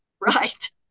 right